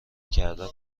کردن